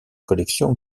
collections